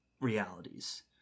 realities